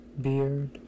beard